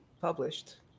published